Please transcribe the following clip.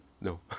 No